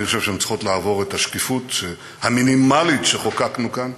אני חושב שהן צריכות לעבור את השקיפות המינימלית שחוקקנו כאן,